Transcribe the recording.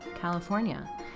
California